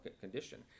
condition